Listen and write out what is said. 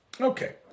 Okay